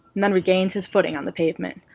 and then regains his footing on the pavement.